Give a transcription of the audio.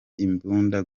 imbunda